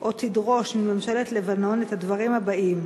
או תדרוש מממשלת לבנון את הדברים הבאים: